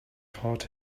taught